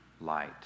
light